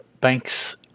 Banks